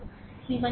V 1 সমান কত